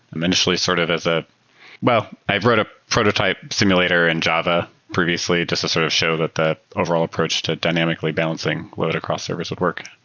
um initially started sort of as a well, i wrote a prototype simulator in java previously just to sort of show that that overall approach to dynamically balancing whether the cross service would work,